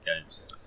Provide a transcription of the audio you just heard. games